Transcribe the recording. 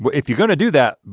but if you're gonna do that,